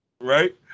Right